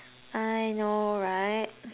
I know right